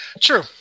True